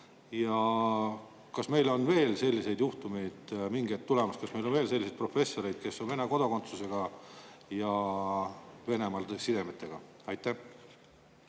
ja kas on veel selliseid juhtumeid mingi hetk tulemas? Kas meil on veel selliseid professoreid, kes on Vene kodakondsusega ja Venemaa sidemetega? Aitäh